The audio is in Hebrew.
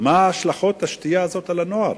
אלא מה ההשלכות של השתייה הזאת על הנוער.